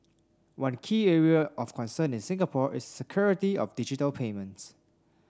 one key area of concern in Singapore is security of digital payments